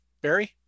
Barry